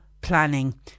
planning